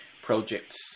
projects